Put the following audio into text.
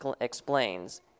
explains